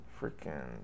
freaking